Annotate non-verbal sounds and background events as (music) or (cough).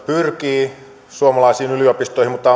pyrkii suomalaisiin yliopistoihin mutta (unintelligible)